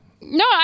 No